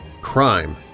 crime